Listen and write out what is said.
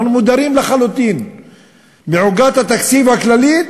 אנחנו מודרים לחלוטין מעוגת התקציב הכללית,